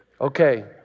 Okay